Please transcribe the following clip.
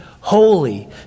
holy